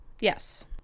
yes